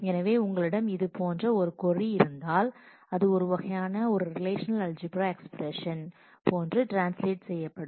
எனவே உங்களிடம் இது போன்ற ஒரு கொர்ரி இருந்தால் அது ஒருவகையான ஒரு ரிலேஷநல் அல்ஜிபிரா எஸ்பிரஸன் போன்று ட்ரான்ஸ்லேஷன் செய்யப்படும்